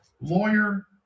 lawyer